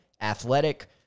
athletic